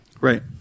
Right